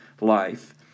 life